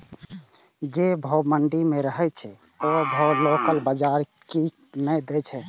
जे भाव मंडी में रहे छै ओ भाव लोकल बजार कीयेक ने दै छै?